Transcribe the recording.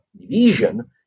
division